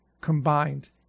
combined